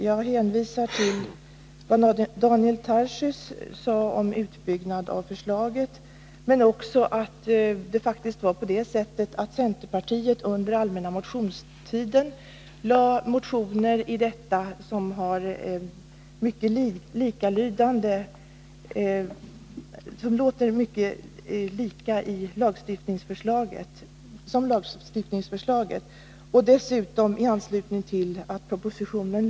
Jag hänvisar till vad Daniel Tarschys sade om utbyggnad av förslaget, men också till att det faktiskt var centerpartiet som under den allmänna motionstiden lade fram motioner i detta ärende som var nära likalydande med lagstiftningsförslaget. Dessutom lade vi fram en del motioner i anslutning till propositionen.